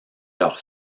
leur